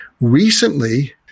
recently